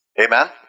Amen